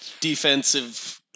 defensive